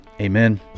Amen